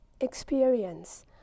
experience